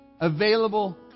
available